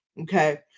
okay